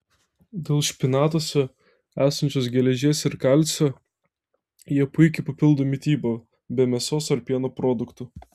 dėl špinatuose esančios geležies ir kalcio jie puikiai papildo mitybą be mėsos ar pieno produktų